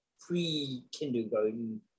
pre-kindergarten